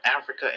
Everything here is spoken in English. Africa